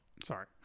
Sorry